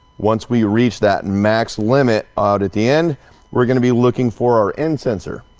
once we reach that max limit out at the end we're going to be looking for our end sensor.